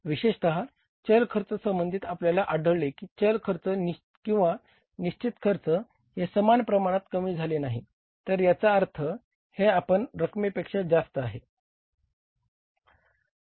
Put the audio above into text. विशेषत चल खर्च हे समान प्रमाणात कमी झालेली नाही तर याचा अर्थ हे अपेक्षित रकमेपेक्षा जास्त आहे